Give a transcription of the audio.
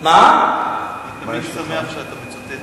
אני תמיד שמח כשאתה מצטט אותי.